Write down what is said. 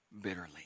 bitterly